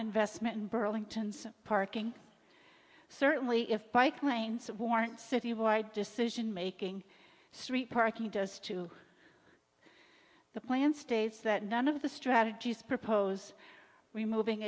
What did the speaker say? investment in burlington's parking certainly if bike lanes warrant citywide decisionmaking street parking does to the plan states that none of the strategies propose removing